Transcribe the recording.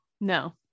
No